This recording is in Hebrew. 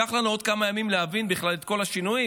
ייקח לנו עוד כמה ימים להבין בכלל את כל השינויים,